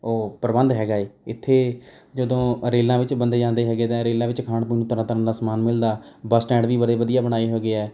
ਉਹ ਪ੍ਰਬੰਧ ਹੈਗਾ ਹੈ ਇੱਥੇ ਜਦੋਂ ਰੇਲਾਂ ਵਿੱਚ ਬੰਦੇ ਜਾਂਦੇ ਹੈਗੇ ਅਤੇ ਰੇਲਾਂ ਵਿੱਚ ਖਾਣ ਪੀਣ ਦਾ ਤਰ੍ਹਾਂ ਤਰ੍ਹਾਂ ਦਾ ਸਮਾਨ ਮਿਲਦਾ ਬੱਸ ਸਟੈਂਡ ਵੀ ਬੜੇ ਵਧੀਆ ਬਣਾਏ ਹੈਗੇ ਹੈ